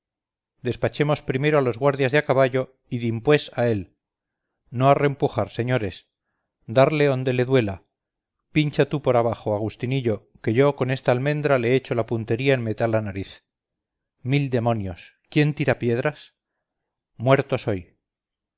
despachemos primero a los guardias de a caballo y dimpués a él no arrempujar señores darle onde le duela pincha tú por bajo agustinillo que yo con esta almendra le echo la puntería en metá la nariz mil demonios quién tira piedras muerto soy